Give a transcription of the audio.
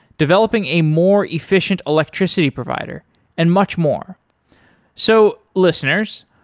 developing a more efficient electricity provider and much more so listeners,